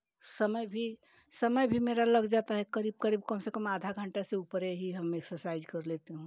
समय भी समय भी मेरा लग जाता है करीब करीब कम से कम आधा घंटा से ऊपर ही हम एक्सरसाइज कर लेती हूँ